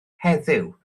heddiw